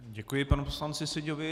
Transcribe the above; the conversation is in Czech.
Děkuji panu poslanci Seďovi.